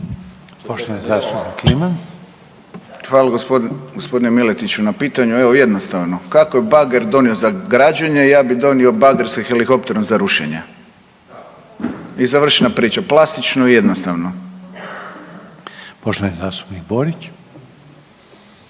Anton (HDZ)** Hvala gospodine Miletiću na pitanju. Evo jednostavno. Kako je bager donio za građenje, ja bi donio bager sa helikopterom za rušenje i završena priča. Plastično i jednostavno. **Reiner, Željko